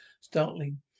startling